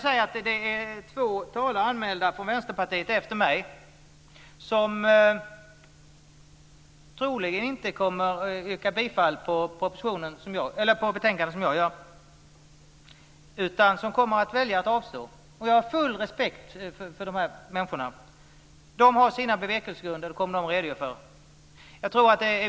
Det är två talare anmälda från Vänsterpartiet efter mig som troligen inte kommer att yrka bifall till hemställan i betänkandet som jag gör. De kommer att välja att avstå från att rösta. Jag har full respekt för dessa människor. De har sina bevekelsegrunder, och de kommer att redogöra för dem.